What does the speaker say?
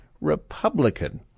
Republican